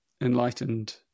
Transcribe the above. enlightened